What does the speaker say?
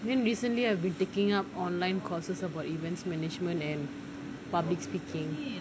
then recently I've been taking up online courses about events management and public speaking